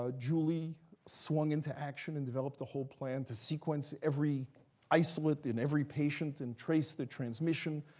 ah julie swung into action and developed a whole plan to sequence every isolate in every patient and trace the transmission,